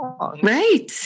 right